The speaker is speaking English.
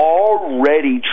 already